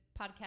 podcast